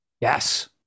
yes